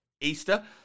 Easter